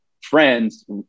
friends